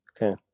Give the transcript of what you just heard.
okay